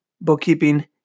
bookkeeping